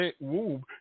womb